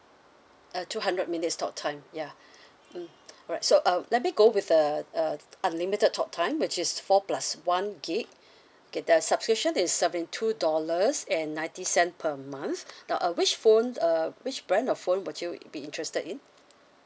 uh two hundred minutes talk time ya mm alright so uh let me go with uh uh unlimited talk time which is four plus one gig okay the subscription is seventy two dollars and ninety cent per month now uh which phone uh which brand of phone would you be interested in